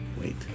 wait